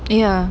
ya